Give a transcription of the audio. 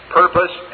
purpose